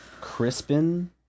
Crispin